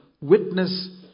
witness